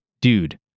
dude